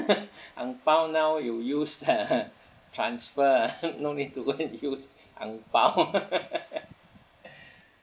ang pow now you use transfer no need to go and use ang pow